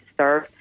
serve